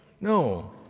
No